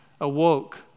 awoke